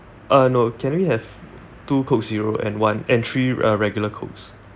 uh no can we have two Coke Zero and one and three uh regular Cokes